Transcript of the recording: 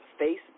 Facebook